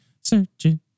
Searching